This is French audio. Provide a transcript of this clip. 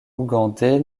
ougandais